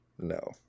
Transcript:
No